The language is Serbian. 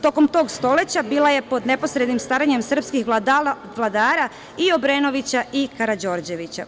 Tokom tog stoleća bila je pod neposrednim staranjem srpskih vladara i Obrenovića i Karađorđevića.